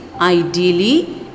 ideally